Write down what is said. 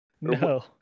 No